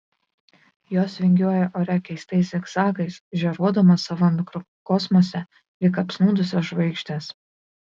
jos vingiuoja ore keistais zigzagais žėruodamos savo mikrokosmose lyg apsnūdusios žvaigždės